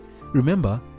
remember